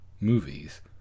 movies